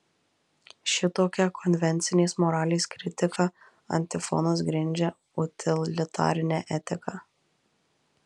šitokia konvencinės moralės kritika antifonas grindžia utilitarinę etiką